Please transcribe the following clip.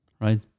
right